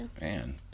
man